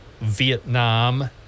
vietnam